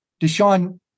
Deshaun